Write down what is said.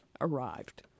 arrived